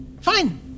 Fine